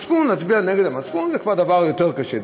מצפון, להצביע נגד המצפון זה כבר דבר יותר קשה.